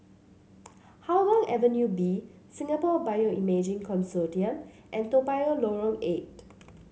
Hougang Avenue B Singapore Bioimaging Consortium and Toa Payoh Lorong Eight